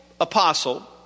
apostle